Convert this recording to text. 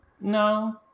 No